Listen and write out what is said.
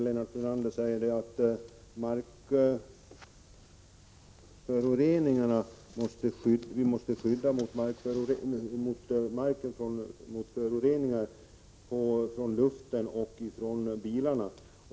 Lennart Brunander säger att vi måste skydda marken mot föroreningar från luften och från bilarna.